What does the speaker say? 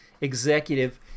executive